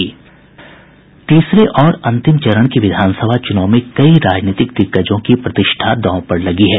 तीसरे और अंतिम चरण के विधानसभा चूनाव में कई राजनीतिक दिग्गजों की प्रतिष्ठा दांव पर लगी है